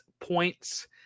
points